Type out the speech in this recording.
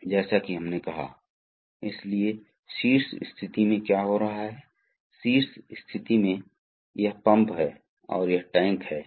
क्योंकि आने वाले पाठों में हम हाइड्रोलिक सर्किट बनाएंगे ताकि हम समझ सकें इसलिए यह जलाशय सिंबल है जिसमें हमारे पास दो फिल्टर हैं